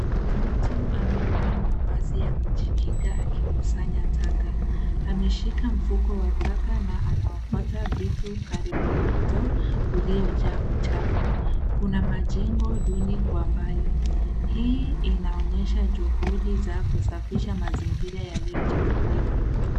Mtu amevaa mavazi ya kujikinga akikusanya taka. Ameshika mfuko wa taka na anaokota vitu karibu na mto uliojaa uchafu. Kuna majengo duni kwa mbali. Hii inaonyesha juhudi za kusafisha mazingira yaliyochafuliwa.